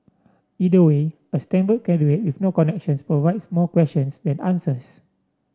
either way a Stanford graduate with no connections provides more questions than answers